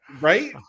Right